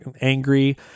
angry